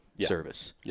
service